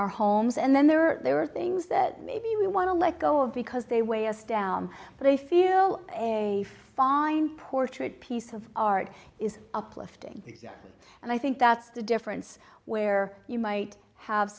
our homes and then there are there are things that maybe we want to let go of because they weigh us down but i feel a fine portrait piece of art is uplifting and i think that's the difference where you might have